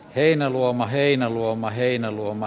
heinäluoma heinäluoma heinäluoma